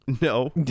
No